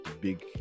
big